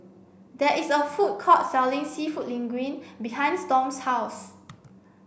there is a food court selling Seafood Linguine behind Storm's house